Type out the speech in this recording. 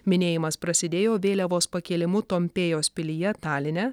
minėjimas prasidėjo vėliavos pakėlimu tompėjos pilyje taline